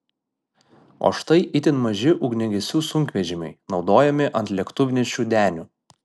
o štai itin maži ugniagesių sunkvežimiai naudojami ant lėktuvnešių denių